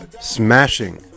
smashing